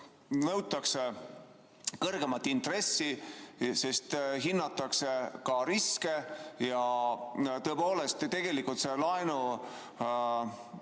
nõutakse kõrgemat intressi, sest hinnatakse ka riske. Ja tõepoolest, tegelikult selle laenu,